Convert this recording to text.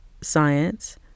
science